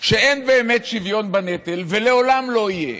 שאין באמת שוויון בנטל ולעולם לא יהיה,